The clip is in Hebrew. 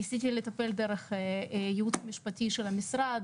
ניסיתי לטפל דרך הייעוץ המשפטי של המשרד.